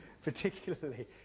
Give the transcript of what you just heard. Particularly